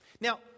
Now